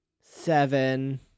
Seven